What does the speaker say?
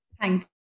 Thank